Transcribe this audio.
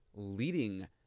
leading